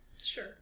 Sure